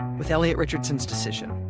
with elliot richardson's decision.